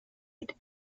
and